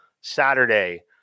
Saturday